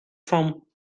from